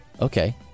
okay